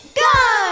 go